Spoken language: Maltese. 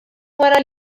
wara